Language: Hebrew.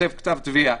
כותב כתב תביעה,